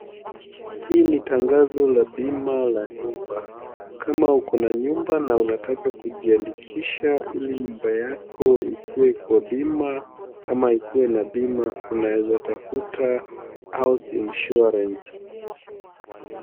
Hii ni tangazo la bima la nyumba. Kama uko na nyumba na unataka kujiandikisha ili nyumba yako ikuwe kwa bima ama ikuwa na bima unaweza tafuta House Insurance.